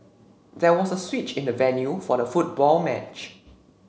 there was a switch in the venue for the football match